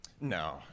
No